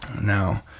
Now